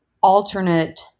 alternate